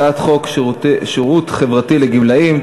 הצעת חוק שירות חברתי לגמלאים,